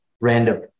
random